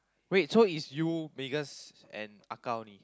wait so is you Megan's and Akao only